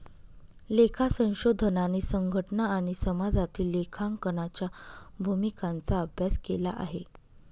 लेखा संशोधनाने संघटना आणि समाजामधील लेखांकनाच्या भूमिकांचा अभ्यास केला आहे